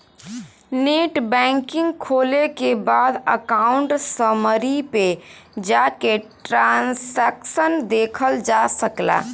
net banking खोले के बाद अकाउंट समरी पे जाके ट्रांसैक्शन देखल जा सकला